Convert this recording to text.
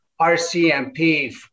RCMP